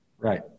Right